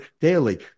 daily